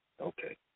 Okay